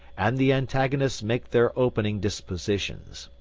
and the antagonists make their opening dispositions.